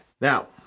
Now